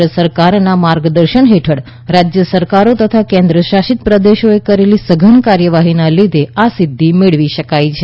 કેન્દ્ર સરકારના માર્ગદર્શન હેઠળ રાજ્ય સરકારો તથા કેન્દ્રશાસિત પ્રદેશોએ કરેલી સઘન કાર્યવાહીના લીધે આ સિદ્ધિ મેળવી શકાઇ છે